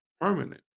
permanent